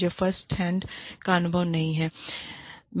मुझे first hand का अनुभव नहीं है